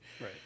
Right